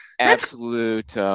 absolute